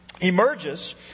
emerges